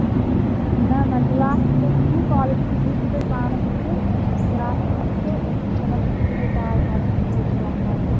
نہ نہ گِلاس چھِ تۄہہِ یہِ یہِ کالٹی یہِ چھُو تۄہہِ پانہٕ وٕچھُن گِلاس تہِ چھِ أسۍ چھِ کٕنان أسۍ چھِ یِہوٚے کار کران أسۍ چھِ یِہوٚے کٲم کران